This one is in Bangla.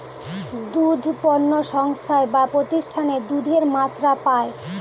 দুধ পণ্য সংস্থায় বা প্রতিষ্ঠানে দুধের মাত্রা পায়